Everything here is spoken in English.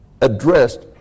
addressed